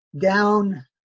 down